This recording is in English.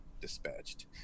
dispatched